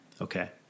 Okay